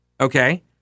Okay